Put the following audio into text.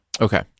Okay